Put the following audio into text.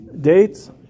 dates